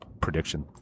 prediction